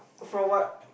for what